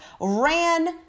ran